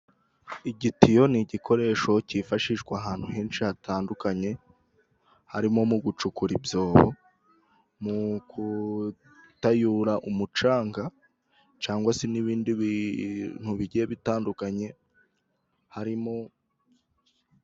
Igitiyo ni igikoresho cyifashishwa ahantu henshi hatandukanye, harimo gucukura ibyobo, mu gutiyura umucanga, cyangwa se n'ibindi bintu bigiye bitandukanye, harimo...